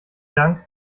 dank